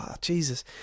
Jesus